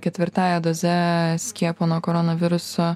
ketvirtąja doze skiepo nuo koronaviruso